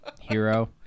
hero